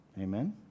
Amen